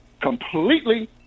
completely